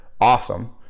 awesome